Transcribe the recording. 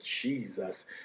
Jesus